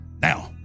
Now